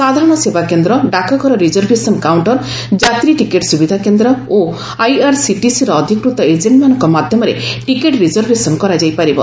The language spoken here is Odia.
ସାଧାରଣ ସେବା କେନ୍ଦ୍ର ଡାକଘର ରିଜର୍ଭେସନ୍ କାଉଣ୍ଟର ଯାତ୍ରୀ ଟିକେଟ୍ ସୁବିଧା କେନ୍ଦ୍ର ଓ ଆଇଆର୍ସିଟିସିର ଅଧିକୃତ ଏଜେଣ୍ଟମାନଙ୍କ ମାଧ୍ୟମରେ ଟିକେଟ୍ ରିଜର୍ଭେସନ୍ କରାଯାଇ ପାରିବ